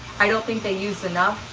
i don't think they used enough.